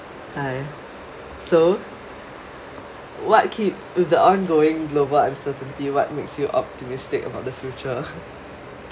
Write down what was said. !hais! so what keep with the ongoing global uncertainty what makes you optimistic about the future